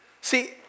See